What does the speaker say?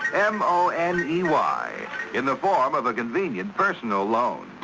m o n e y in the form of a convenient personal loan.